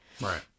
Right